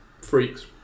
freaks